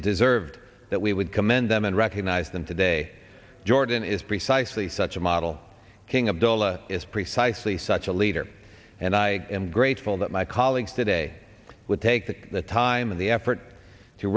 deserved that we would commend them and recognize them today jordan is precisely such a model king abdullah is precisely such a leader and i am grateful that my colleagues today would take the time and the effort to